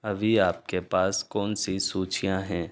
अभी आपके पास कौन सी सूचियाँ हैं